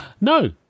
No